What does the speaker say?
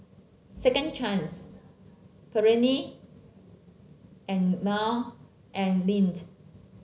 Second Chance Perllini and Mel and Lindt